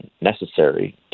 necessary